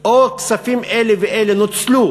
או כספים אלה ואלה נוצלו